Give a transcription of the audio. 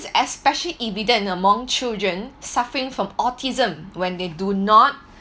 especially evident among children suffering from autism when they do not